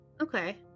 Okay